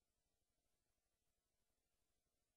להגיד לך שאין